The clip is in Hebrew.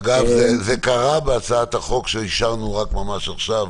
אגב, זה קרה בהצעת החוק שאישרנו ממש עכשיו,